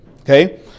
Okay